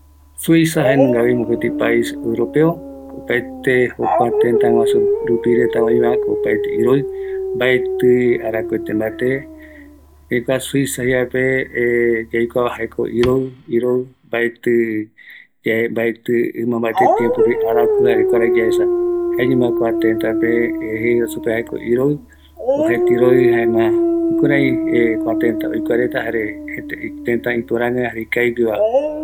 Suiza jaenungavi mopeti pais Europeo, opaete joKua tëtä guaju rupi oivareta, opaete iroï, mbaetï arakete mbate, erei kua suiza jeivape, yaikuava jaeko iroï, iroï, mbaetï, mbaetï mbate tiempope araku jare yaesa kuaraï, jaeñama kua tëtä pe yaesava iroï, oajaete iroï, jaema jukurai kua tëtä oikuareta kua tëtä ikavigueva jare ïpörägueva.